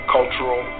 Cultural